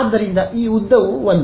ಆದ್ದರಿಂದ ಈ ಉದ್ದವು 1